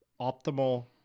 optimal